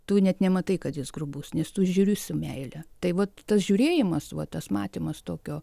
tu net nematai kad jis grubus nes tu žiūri su meile tai vat tas žiūrėjimas va tas matymas tokio